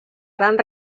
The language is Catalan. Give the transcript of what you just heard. gran